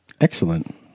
Excellent